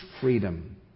freedom